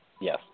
Yes